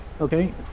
Okay